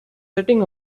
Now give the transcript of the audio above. sitting